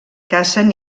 cacen